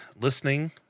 Listening